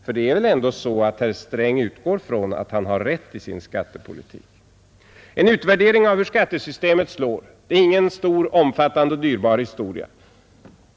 För det är väl ändå så att herr Sträng utgår från att han har rätt i sin skattepolitik? En utvärdering av hur skattesystemet slår är ingen stor, omfattande och dyrbar historia.